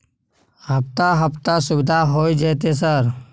हफ्ता हफ्ता सुविधा होय जयते सर?